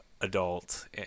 adult